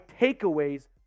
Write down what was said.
takeaways